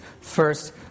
First